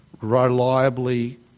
reliably